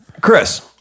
Chris